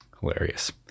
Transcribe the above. hilarious